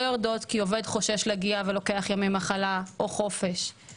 יורדות כי עובד חושש להגיע ולוקח ימי מחלה או חופשה,